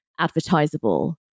advertisable